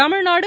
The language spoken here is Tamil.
தமிழ்நாடு